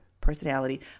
personality